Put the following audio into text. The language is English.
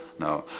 now,